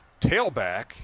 tailback